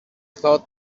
thought